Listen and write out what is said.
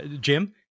Jim